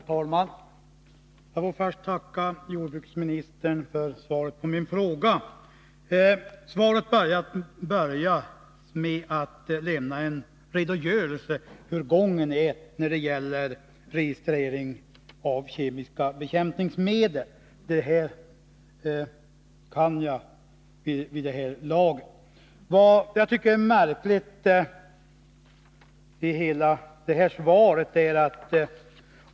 Herr talman! Jag får först tacka jordbruksministern för svaret på min fråga. I början av svaret lämnas en redogörelse för hur gången är när det gäller registrering av kemiska bekämpningsmedel. Detta kan jag vid det här laget.